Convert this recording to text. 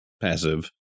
passive